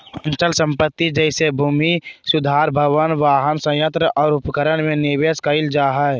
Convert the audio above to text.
अचल संपत्ति जैसे भूमि सुधार भवन, वाहन, संयंत्र और उपकरण में निवेश कइल जा हइ